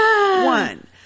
One